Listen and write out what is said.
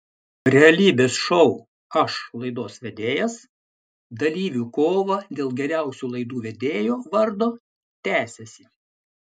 realybės šou aš laidos vedėjas dalyvių kova dėl geriausio laidų vedėjo vardo tęsiasi